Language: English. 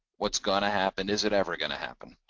what's going to happen, is it ever going to happen?